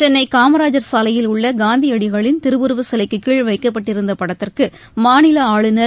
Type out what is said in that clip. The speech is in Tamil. சென்னை காமராஜர் சாலையில் உள்ள காந்தியடிகளின் திருவுருவச் சிலைக்கு கீழ் வைக்கப்பட்டிருந்த படத்திற்கு மாநில ஆளுநர்